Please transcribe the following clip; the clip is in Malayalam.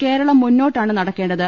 കേരളം മുന്നോട്ടാണ് നടക്കേണ്ടത്